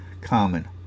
common